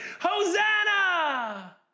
Hosanna